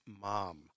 mom